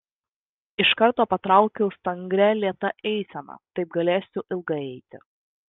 iš karto patraukiau stangria lėta eisena taip galėsiu ilgai eiti